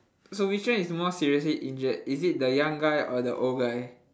so which one is more seriously injured is it the young guy or the old guy